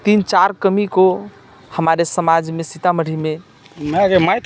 तीन चार कमी को हमारे समाजमे सीतामढ़ीमे